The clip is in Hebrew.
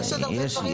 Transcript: יש עוד הרבה דברים.